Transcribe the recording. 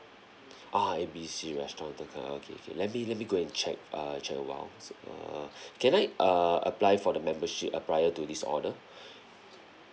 ah A B C restaurant thank you okay okay let me let me go and check err check awhile so err can I err apply for the membership uh prior to this order